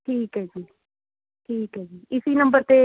ਠੀਕ ਹੈ ਜੀ ਠੀਕ ਹੈ ਜੀ ਇਸ ਨੰਬਰ 'ਤੇ